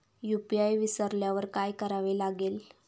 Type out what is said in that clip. UPI विसरल्यावर काय करावे लागेल?